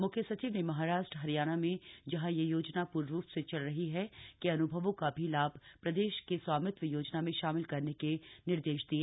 मुख्य सचिव ने महाराष्ट्र हरियाणा में जहां यह योजना पूर्व से चल रही है के अनुभवों का भी लाभ प्रदेश की स्वामित्व योजना में शामिल करने के निर्देश दिए